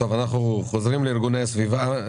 אנחנו חוזרים לארגוני הסביבה.